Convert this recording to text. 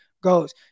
goes